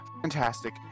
Fantastic